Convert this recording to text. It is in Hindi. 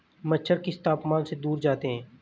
मच्छर किस तापमान से दूर जाते हैं?